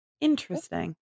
interesting